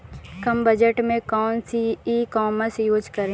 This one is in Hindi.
कम बजट में कौन सी ई कॉमर्स यूज़ करें?